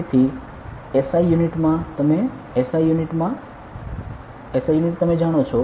તેથી SI unit માં તમે SI યુનિટ જાણો છો